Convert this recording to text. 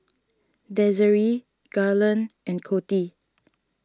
Desiree Garland and Coty